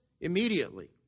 immediately